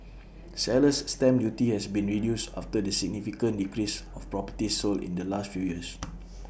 seller's stamp duty has been reduced after the significant decrease of properties sold in the last few years